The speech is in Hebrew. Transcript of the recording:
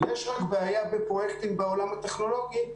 יש רק בעיה בפרויקטים בעולם הטכנולוגי,